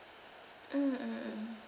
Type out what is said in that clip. mm mm mm